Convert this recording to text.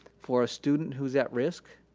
for a student who's at risk.